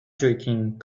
drinking